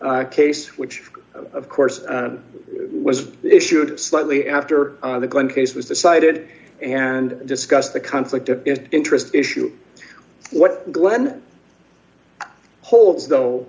case which of course was issued slightly after the gun case was decided and discussed the conflict of interest issue what glenn holds though